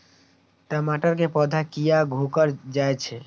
टमाटर के पौधा किया घुकर जायछे?